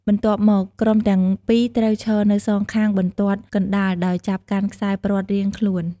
បន្ទាប់មក ក្រុមទាំងពីរត្រូវឈរនៅសងខាងបន្ទាត់កណ្ដាល ដោយចាប់កាន់ខ្សែព្រ័ត្ររៀងខ្លួន។